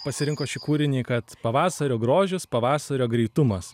pasirinkot šį kūrinį kad pavasario grožis pavasario greitumas